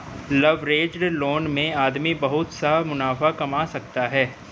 leveraged loan में आदमी बहुत सा मुनाफा कमा सकता है